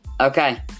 Okay